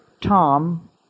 Tom